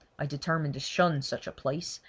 i determined to shun such a place,